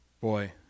boy